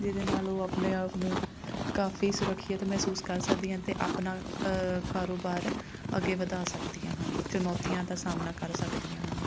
ਜਿਹਦੇ ਨਾਲ ਉਹ ਆਪਣੇ ਆਪ ਨੂੰ ਕਾਫੀ ਸੁਰੱਖਿਅਤ ਮਹਿਸੂਸ ਕਰ ਸਕਦੀਆਂ ਅਤੇ ਆਪਣਾ ਕਾਰੋਬਾਰ ਅੱਗੇ ਵਧਾ ਸਕਦੀਆਂ ਹਨ ਚੁਣੌਤੀਆਂ ਦਾ ਸਾਹਮਣਾ ਕਰ ਸਕਦੀਆਂ ਹਨ